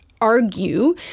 argue